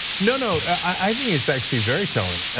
no, no, i think it's actually very telling.